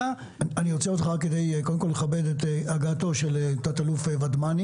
אני עוצר אותך רק כדי לכבד את הגעתו של תת-אלוף ודמני